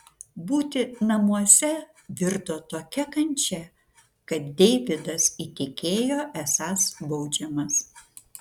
būti namuose virto tokia kančia kad deividas įtikėjo esąs baudžiamas